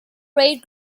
braid